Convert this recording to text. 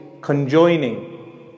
conjoining